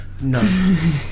no